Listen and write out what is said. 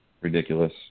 ridiculous